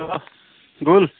hello গ'ল